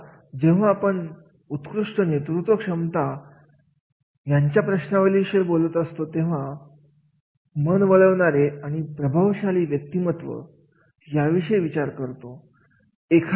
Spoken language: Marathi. आता जेव्हा आपण उत्कृष्ट नेतृत्व क्षमता याच्या प्रश्नावली बद्दल बोलतो तेव्हा मन वळणारे आणि प्रभावशाली व्यक्तिमत्व याविषयी विचार करतो